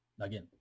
again